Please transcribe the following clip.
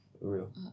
Real